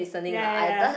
ya ya ya